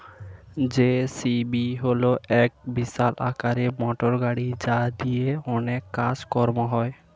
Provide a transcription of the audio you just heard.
JCB হল এক বিশাল আকারের মোটরগাড়ি যা দিয়ে অনেক কাজ কর্ম হয়